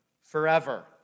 forever